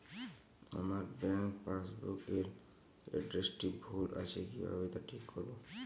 আমার bank passbook এর এড্রেসটি ভুল আছে কিভাবে তা ঠিক করবো?